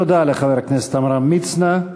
תודה לחבר הכנסת עמרם מצנע.